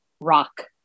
rock